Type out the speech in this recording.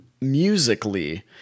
musically